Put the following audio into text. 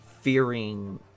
fearing